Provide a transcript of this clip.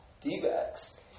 D-backs